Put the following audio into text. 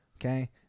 Okay